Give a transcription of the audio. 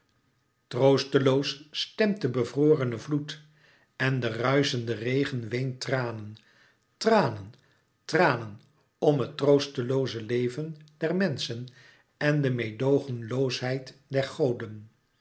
troosteloos stemt de bevrorene vloed en de ruischende regen weent tranen tranen tranen om het troostelooze leven der menschen en de meêdoogenloosheid der goden